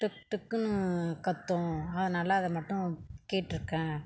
டொக் டொக்குன்னு கத்தும் அதனால் அதை மட்டும் கேட்டுருக்கேன்